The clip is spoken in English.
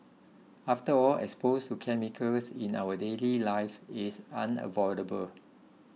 after all exposure to chemicals in our daily life is unavoidable